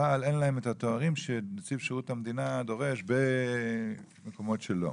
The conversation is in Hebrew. אבל אין להם את התארים שנציב שירות המדינה דורש במקומות שלו.